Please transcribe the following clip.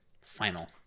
final